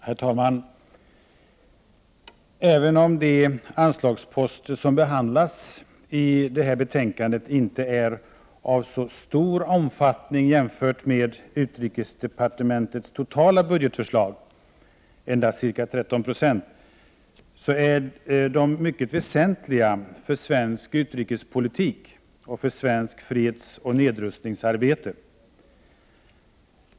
Herr talman! Även om de anslagsposter som behandlas i detta betänkande inte är av så stor omfattning, jämfört med utrikesdepartementets totala budgetförslag endast ca 13 26, är de mycket väsentliga för svensk utrikespolitik och för svenskt fredsoch nedrustningsarbete.